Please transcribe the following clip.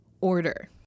order